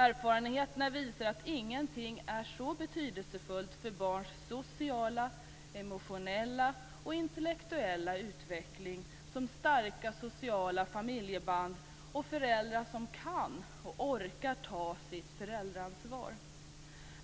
Erfarenheterna visar att ingenting är så betydelsefullt för barns sociala, emotionella och intellektuella utveckling som starka sociala familjeband och föräldrar som kan och orkar ta sitt föräldraansvar.